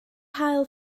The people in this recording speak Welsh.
haul